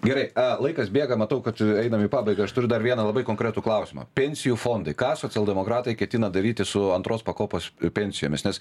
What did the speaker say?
gerai laikas bėga matau kad einam į pabaigą aš turiu dar vieną labai konkretų klausimą pensijų fondai ką socialdemokratai ketina daryti su antros pakopos pensijomis nes